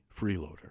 Freeloader